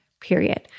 period